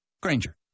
Granger